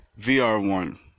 VR1